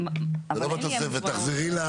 תחזרי,